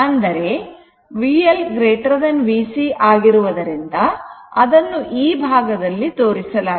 VL VC ಆಗಿರುವುದರಿಂದ ಅದನ್ನು ಈ ಭಾಗದಲ್ಲಿ ತೋರಿಸಿ ತೋರಿಸಲಾಗಿದೆ